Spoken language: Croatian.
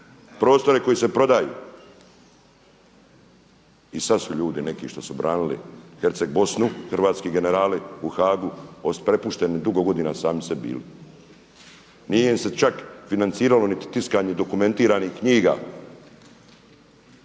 prostore koji se prodaju i sada su ljudi neki što su branili Herceg Bosnu hrvatski generali u Haagu prepušteni dugo godina sami sebi. Nije im se čak financiralo niti tiskanje dokumentiranih knjiga.